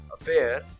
affair